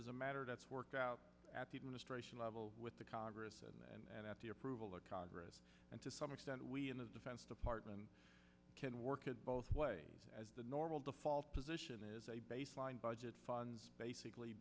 is a matter that's worked out at the ministration level with the congress and at the approval of congress and to some extent we in the defense department can work it both ways as the normal default position is a baseline budget funds basically